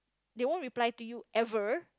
they won't reply to you ever